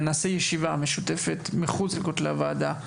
אנחנו נקיים ישיבה משותפת מחוץ לכותלי הוועדה,